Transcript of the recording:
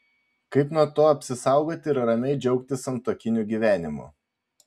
kaip nuo to apsisaugoti ir ramiai džiaugtis santuokiniu gyvenimu